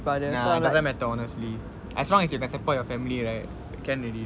nah it doesn't matter honestly as long as you can support your family right can already